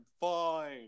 fine